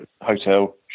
hotel